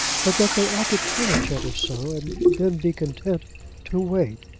but that they ought to tell each other so and then be content to wait.